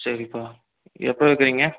சரிப்பா எப்போ கேட்குறீங்க